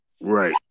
right